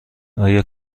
آیا